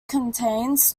contains